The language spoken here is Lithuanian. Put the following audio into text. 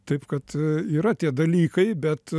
taip kad yra tie dalykai bet